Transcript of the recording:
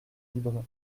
libre